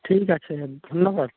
ঠিক আছে ধন্যবাদ